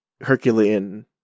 Herculean